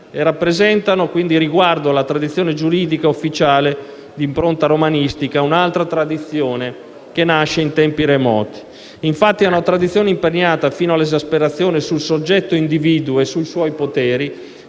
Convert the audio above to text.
- rappresentano, riguardo alla tradizione giuridica ufficiale di impronta romanistica, un'altra tradizione, che nasce in tempi remoti. Infatti, a una tradizione imperniata fino all'esasperazione sul soggetto individuo e sui suoi poteri,